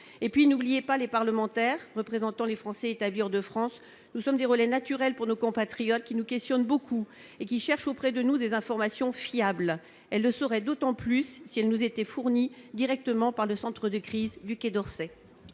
ailleurs, n'oubliez pas les parlementaires représentant les Français établis hors de France ! Nous sommes des relais naturels pour nos compatriotes, qui nous questionnent beaucoup et cherchent auprès de nous des informations fiables. Elles le seraient d'autant plus si elles nous étaient fournies directement par le centre de crise du quai d'Orsay.